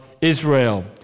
Israel